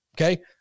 Okay